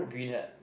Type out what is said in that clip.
green hat